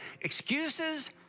Excuses